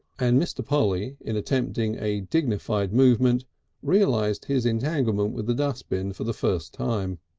and mr. polly in attempting a dignified movement realised his entanglement with the dustbin for the first time.